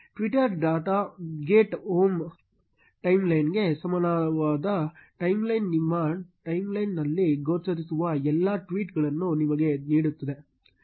Twitter dot get home ಟೈಮ್ಲೈನ್ಗೆ ಸಮಾನವಾದ timeline ನಿಮ್ಮ ಟೈಮ್ಲೈನ್ನಲ್ಲಿ ಗೋಚರಿಸುವ ಎಲ್ಲಾ ಟ್ವೀಟ್ ಗಳನ್ನು ನಿಮಗೆ ನೀಡುತ್ತದೆ